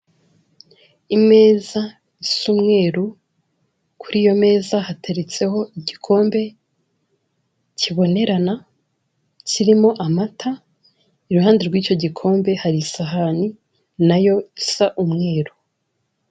Imeza isa umweru, kuri iyo meza hateretseho igikombe kibonerana kirimo amata, iruhande rw'icyo gikombe hari isahani na yo isa umweru.